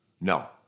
No